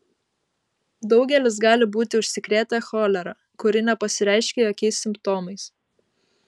daugelis gali būti užsikrėtę cholera kuri nepasireiškia jokiais simptomais